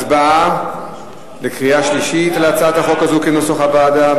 הצבעה בקריאה שלישית על הצעת החוק הזו כנוסח הוועדה,